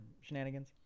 shenanigans